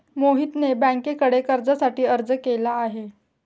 मोहितने बँकेकडे कर्जासाठी अर्ज केला आहे